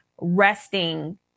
resting